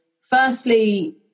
firstly